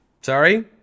Sorry